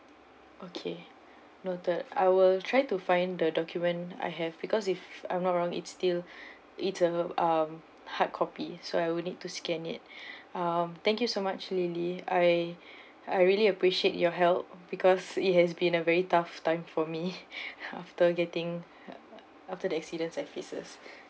okay noted I will try to find the document I have because if I'm not wrong it's still it's a uh hard copy so I will need to scan it um thank you so much lily I I really appreciate your help because it has been a very tough time for me after getting after the accident I faces